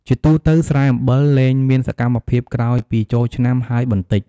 ជាទូទៅស្រែអំបិលលែងមានសកម្មភាពក្រោយពីចូលឆ្នាំហើយបន្តិច។